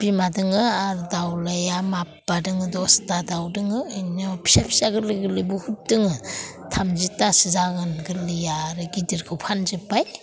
बिमा दोङो आरो दाउज्ला बिमाया माबा दोङो दसथा दाउ दोङो इनि उनाव फिसा फिसा गोरलै गोरलै बुहुद दोङो थामजिथासो जागोन गोरलैया आरो गिदिरखो फानजोब्बाय